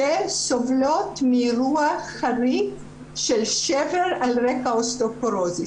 שסובלות מאירוע חריף של שבר על רקע אוסטאופורוזיס.